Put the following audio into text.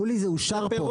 מולי, זה אושר פה.